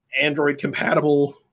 Android-compatible